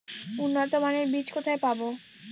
উন্নতমানের বীজ কোথায় পাব?